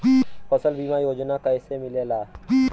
फसल बीमा योजना कैसे मिलेला?